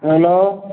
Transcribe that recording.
hello